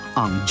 ang